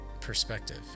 perspective